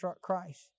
Christ